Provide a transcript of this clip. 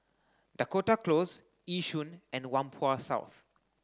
Dakota Close Yishun and Whampoa South